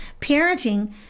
parenting